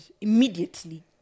immediately